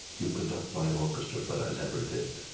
you conduct my orchestra but i never did.